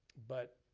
but,